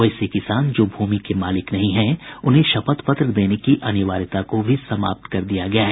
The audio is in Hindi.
वैसे किसान जो भूमि के मालिक नहीं है उन्हें शपथ पत्र देने की अनिवार्यता को भी समाप्त कर दिया गया है